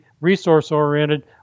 resource-oriented